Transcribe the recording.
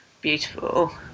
beautiful